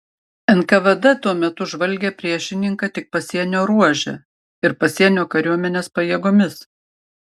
nkvd tuo metu žvalgė priešininką tik pasienio ruože ir pasienio kariuomenės pajėgomis